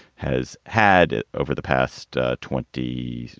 has had over the past twenty,